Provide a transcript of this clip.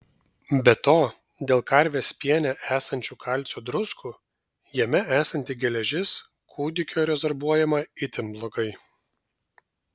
be to dėl karvės piene esančių kalcio druskų jame esanti geležis kūdikio rezorbuojama itin blogai